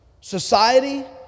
Society